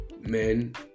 Men